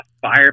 fire